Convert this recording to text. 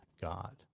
God